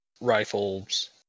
rifles